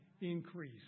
increase